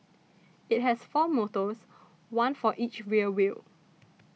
it has four motors one for each rear wheel